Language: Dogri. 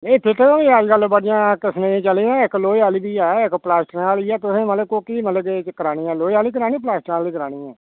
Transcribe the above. एह् टूटियां बी अज्जकल बड़ी किसमें दियां चली दियां इक लोहे आह्ली बी ऐ इक प्लासटिक आह्ली ऐ तुहें मतलब कोह्की मतलब के करानी ऐ लोहे आह्ली करानी ऐ प्लासटिक आह्ली करानी ऐ